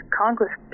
congress